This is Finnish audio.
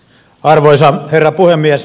arvoisa herra puhemies